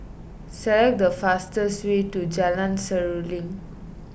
select the fastest way to Jalan Seruling